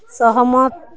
ସହମତ